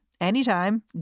anytime